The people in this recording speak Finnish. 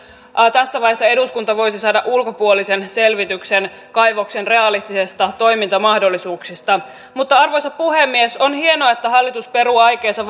tässä vaiheessa eduskunta voisi saada ulkopuolisen selvityksen kaivoksen realistisista toimintamahdollisuuksista arvoisa puhemies on hienoa että hallitus peruu aikeensa